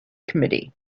committee